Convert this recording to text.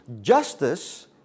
justice